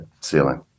ceiling